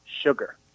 sugar